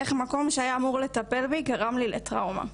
איך מקום שהיה אמור לטפל בי גרם לי לטראומה?